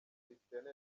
cristiano